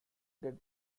get